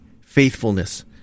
faithfulness